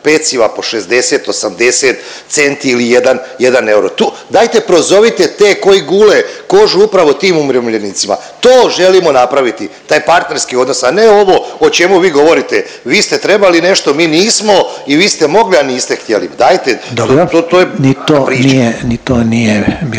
peciva po 60, 80 centi ili jedan, jedan euro dajte prozovite te koji gule kožu upravo tim umirovljenicima. To želimo napraviti taj partnerski odnos, a ne ovo o čemu vi govorite, vi ste trebali nešto, mi nismo i vi ste mogli, a niste htjeli. Dajte …/Upadica Reiner: